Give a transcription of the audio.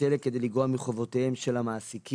אלה כדי לגרוע מחובותיהם של המעסיקים.